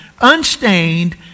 unstained